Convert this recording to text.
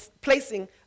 placing